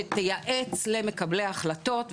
שתייעץ למקבלי ההחלטות,